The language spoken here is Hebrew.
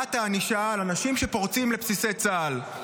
החמרת הענישה על אנשים שפורצים לבסיסי צה"ל.